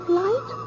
light